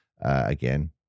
Again